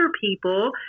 people